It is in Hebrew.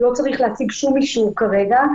לא צריך להציג שום אישור כרגע.